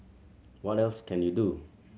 what else can you do